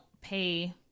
pay